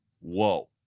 whoa